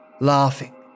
laughing